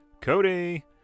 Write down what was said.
Cody